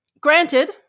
Granted